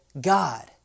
God